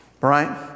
Right